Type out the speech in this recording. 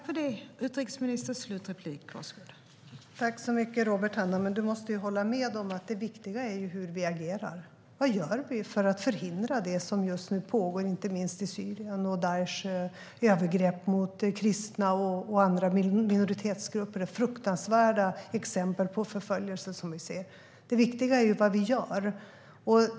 Fru talman! Tack så mycket, Robert Hannah! Men du måste väl hålla med om att det viktiga är hur vi agerar och vad vi gör för att förhindra det som just nu pågår, inte minst i Syrien och Daishs övergrepp mot kristna och andra minoritetsgrupper. Det är fruktansvärda exempel på förföljelser som vi ser. Det viktiga är ju vad vi gör.